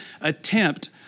attempt